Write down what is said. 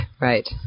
Right